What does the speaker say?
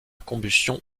combustion